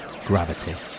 Gravity